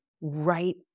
right